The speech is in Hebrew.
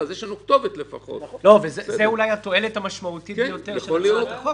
יכול להיות שחלק מהתועלת ברגע שהדבר